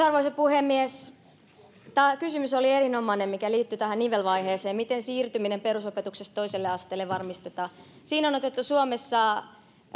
arvoisa puhemies kysymys mikä liittyi tähän nivelvaiheeseen oli erinomainen miten siirtyminen perusopetuksesta toiselle asteelle varmistetaan siinä on otettu suomessa